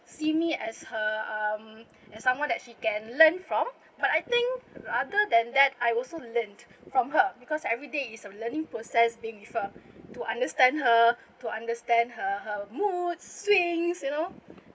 see me as her um as someone that she can learn from but I think rather than that I also learnt from her because everything is a learning process being with her to understand her to understand her her mood swings you know